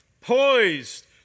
poised